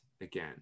again